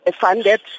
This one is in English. funded